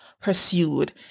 pursued